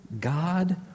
God